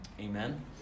Amen